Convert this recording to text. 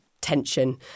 tension